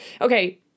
okay